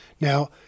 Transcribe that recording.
Now